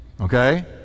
Okay